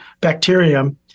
bacterium